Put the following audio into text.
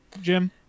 Jim